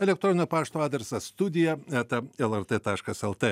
elektroninio pašto adresas studija eta lrt taškas lt